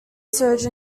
surge